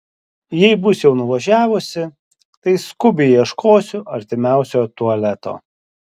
jei bus jau nuvažiavusi tai skubiai ieškosiu artimiausio tualeto